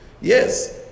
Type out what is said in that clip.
yes